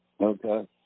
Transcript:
Okay